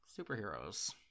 superheroes